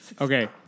Okay